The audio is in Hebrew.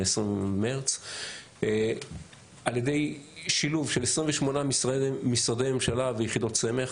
על ידי שילוב של 28 משרדי ממשלה ויחידות סמך,